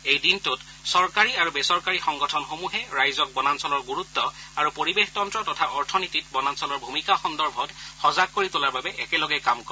এই দিনটোত চৰকাৰী আৰু বেচৰকাৰী সংগঠনসমূহে ৰাইজক বনাঞ্চলৰ গুৰুত্ব আৰু পৰিৱেশতন্ত্ৰ তথা অৰ্থনীতিত বনাঞ্চলৰ ভুমিকা সন্দৰ্ভত সজাগ কৰি তোলাৰ বাবে একেলগে কাম কৰে